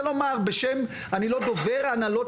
אני לא דובר הנהלות